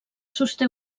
sosté